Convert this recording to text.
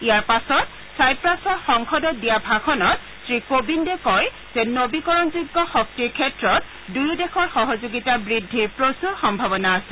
ইয়াৰ পাছত ছাইপ্ৰাছৰ সংসদত দিয়া ভাষণত শ্ৰী কোবিন্দে কয় যে নবীকৰণযোগ্য শক্তিৰ ক্ষেত্ৰত দুয়ো দেশৰ সহযোগিতা বুদ্ধিৰ প্ৰচূৰ সম্ভাৱনা আছে